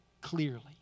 clearly